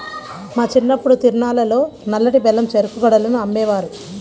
మా చిన్నప్పుడు తిరునాళ్ళల్లో నల్లటి బెల్లం చెరుకు గడలను అమ్మేవారు